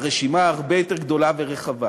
הרשימה הרבה יותר גדולה ורחבה.